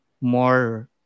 more